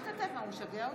בהצבעה